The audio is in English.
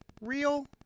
real